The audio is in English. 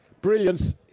brilliance